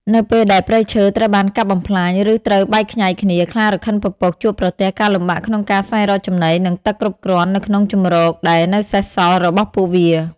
នៅពេលដែលព្រៃឈើត្រូវបានកាប់បំផ្លាញ ឬត្រូវបែកខ្ញែកគ្នា ខ្លារខិនពពកជួបប្រទះការលំបាកក្នុងការស្វែងរកចំណី និងទឹកគ្រប់គ្រាន់នៅក្នុងជម្រកដែលនៅសេសសល់របស់ពួកវា។